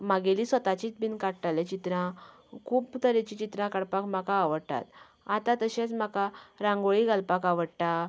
म्हागेलीं स्वताची बीन काडटाले चित्रां खूब तरेची चित्रां काडपाक म्हाका आवडटात आता तशेंच म्हाका रांगोळी घालपाक आवडटा